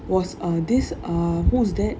was err this err who's that